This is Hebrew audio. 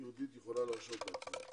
יהודית יכולה להרשות לעצמה אותו.